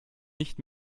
nicht